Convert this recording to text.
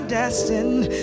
destined